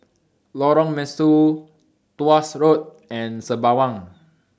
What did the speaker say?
Lorong Mesu Tuas Road and Sembawang